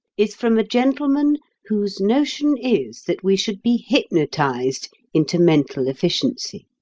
is from a gentleman whose notion is that we should be hypnotised into mental efficiency.